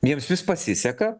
jiems vis pasiseka